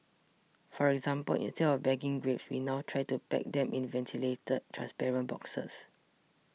for example instead of bagging grapes we now try to pack them in ventilated transparent boxes